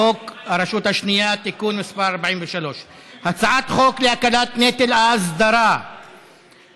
חוק הרשות השנייה (תיקון מס' 43). הצעת חוק להקלת נטל האסדרה בעסקים.